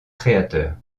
créateurs